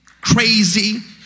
crazy